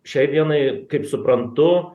šiai dienai kaip suprantu